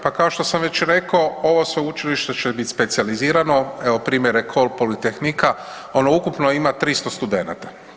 Pa kao što sam već reko, ovo sveučilište će biti specijalizirano, evo primjere Call – Politecnica, ono ukupno ima 300 studenata.